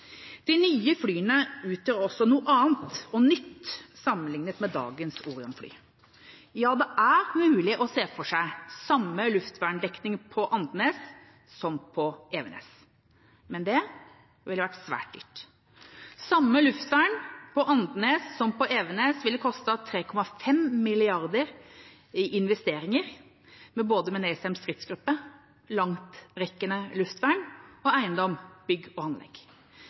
De nye flyene utgjør også noe annet og nytt sammenlignet med dagens Orion-fly. Ja, det er mulig å se for seg samme luftverndekning på Andenes som på Evenes. Men det ville vært svært dyrt. Samme luftvern på Andenes som på Evenes ville kostet 3,5 mrd. kr i investeringer, med både NASAMS stridsgruppe, langtrekkende luftvern og eiendom, bygg og anlegg.